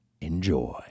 Enjoy